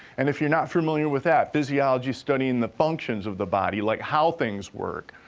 and if you're not familiar with that, physiology is studying the functions of the body like how things work.